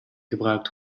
gebruikt